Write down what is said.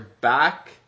back